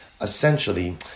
essentially